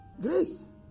Grace